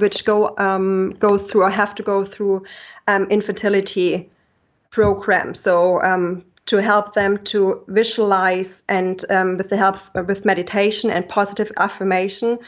which go um go through, ah have to go through infertility program so um to help them to visualize and with the help, but with meditation and positive affirmation,